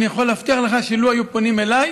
אני יכול להבטיח לך שלו היו פונים אליי,